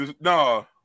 No